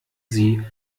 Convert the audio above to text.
sie